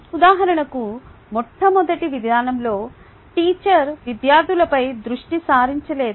ఉదాహరణకు మొట్టమొదటి విధానంలో టీచర్ విద్యార్ధులపై దృష్టి సారించలేదు